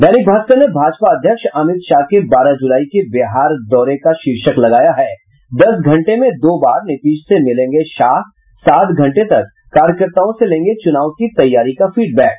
दैनिक भास्कर ने भाजपा अध्यक्ष अमित शाह के बारह जुलाई के बिहार दौरे का शीर्षक लगाया है दस घंटे में दो बार नीतीश से मिलेंगे शाह सात घंटे तक कार्यकाताओं से लेंगे चुनाव की तैयारी का फीडबैक